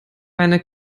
eine